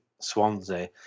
Swansea